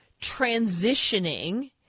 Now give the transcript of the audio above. transitioning